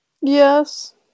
Yes